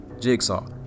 Jigsaw